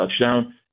touchdown